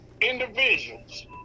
individuals